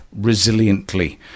resiliently